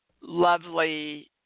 lovely